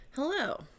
Hello